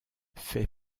fait